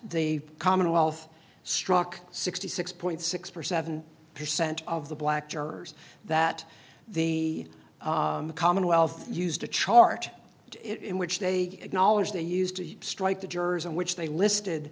the commonwealth struck sixty six point six percent percent of the black jurors that the commonwealth used to chart it in which they acknowledged they used to strike the jurors and which they listed